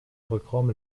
rückraum